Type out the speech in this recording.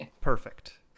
Perfect